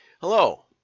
hello